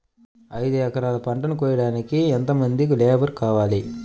ఐదు ఎకరాల పంటను కోయడానికి యెంత మంది లేబరు కావాలి?